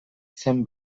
zen